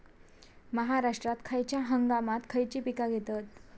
महाराष्ट्रात खयच्या हंगामांत खयची पीका घेतत?